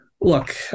Look